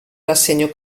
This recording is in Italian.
rassegne